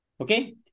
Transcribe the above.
okay